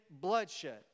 bloodshed